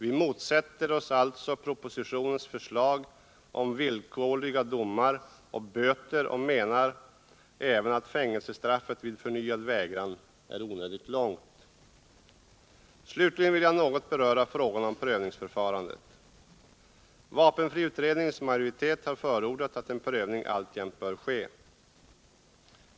Vi motsätter oss alltså propositionens förslag om villkorliga domar och böter och menar även att fängelsestraffet vid förnyad vägran är onödigt långt. Slutligen vill jag något beöra frågan om prövningsförfarandet. Vapenfriutredningens majoritet har förordat att en prövning alltjämt bör ske.